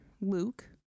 Luke